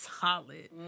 solid